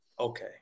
Okay